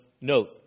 note